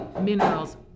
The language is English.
minerals